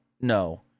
no